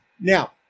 Now